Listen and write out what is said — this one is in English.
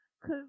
Cause